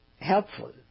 helpful